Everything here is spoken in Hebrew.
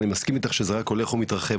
אני מסכים איתך שזה רק הולך ומתרחב,